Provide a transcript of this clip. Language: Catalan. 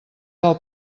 del